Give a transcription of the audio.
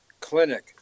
Clinic